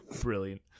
Brilliant